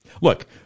Look